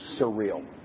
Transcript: surreal